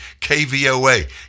KVOA